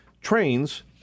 trains